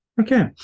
Okay